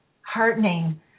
heartening